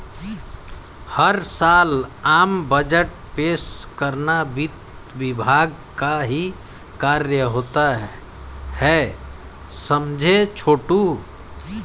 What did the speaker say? हर साल आम बजट पेश करना वित्त विभाग का ही कार्य होता है समझे छोटू